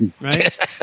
Right